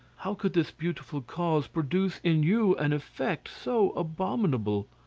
how could this beautiful cause produce in you an effect so abominable?